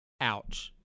Ouch